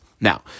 Now